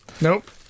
Nope